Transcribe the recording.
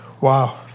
wow